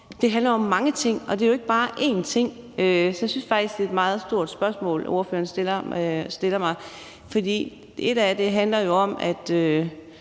Det handler jo om mange ting, og det er ikke bare én ting, så jeg synes faktisk, at det er et meget stort spørgsmål, ordføreren stiller mig. For et er, at det handler om, at